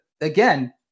again